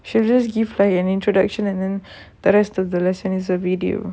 she just give like an introduction and then the rest of the lesson is a video